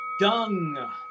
Dung